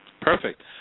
Perfect